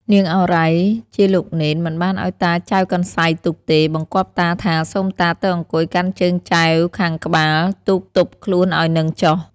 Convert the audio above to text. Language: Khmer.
នាងឱរ៉ៃ ជាលោកនេន មិនបានឲ្យតាចែវកន្សៃទូកទេ បង្គាប់តាថា " សូមតាទៅអង្គុយកាន់ជើងចែវខាងក្បាល ទូកទប់ខ្លួនឲ្យនឹងចុះ” ។